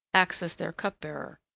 acts as their cup-bearer.